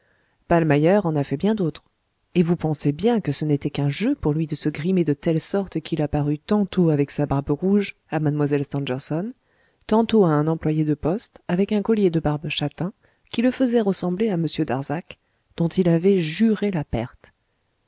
l'assassin ballmeyer en a fait bien d'autres et vous pensez bien que ce n'était qu'un jeu pour lui de se grimer de telle sorte qu'il apparût tantôt avec sa barbe rouge à mlle stangerson tantôt à un employé de poste avec un collier de barbe châtain qui le faisait ressembler à m darzac dont il avait juré la perte